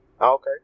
Okay